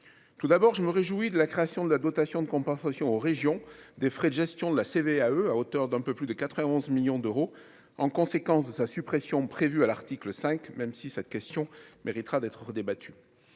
tout d'abord, je me réjouis de la création de la dotation de compensation aux régions des frais de gestion de la CVAE à hauteur d'un peu plus de 4 heures 11 millions d'euros en conséquence de sa suppression prévue à l'article 5, même si cette question méritera d'être débattue,